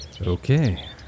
Okay